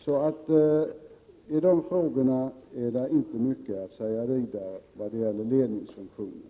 Det finns således inte mycket att tillägga när det gäller ledningsfunktionen.